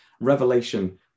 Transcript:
revelation